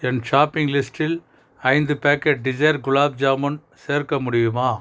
என் shopping லிஸ்டில் ஐந்து packet டிஸர் குலாப் ஜாமுன் சேர்க்க முடியுமா